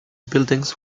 buildings